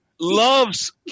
loves